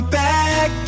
back